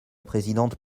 présidente